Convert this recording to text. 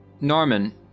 Norman